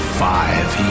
five